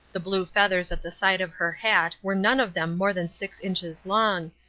the blue feathers at the side of her hat were none of them more than six inches long,